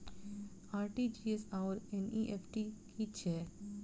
RTGS आओर NEFT की छैक?